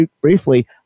briefly